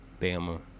Bama